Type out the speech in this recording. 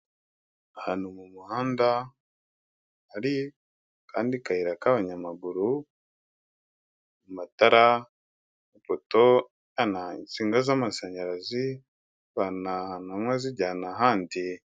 Ahantu mu muhanda hari akandi kayira k'abanyamaguru, amatara ipoto ijyana insinga z'amashanyarazi, azivana ahantu hamwe azijyana ahandi.